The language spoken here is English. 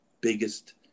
biggest